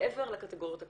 מעבר לקטיגוריות הקיימות.